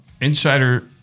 Insider